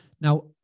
Now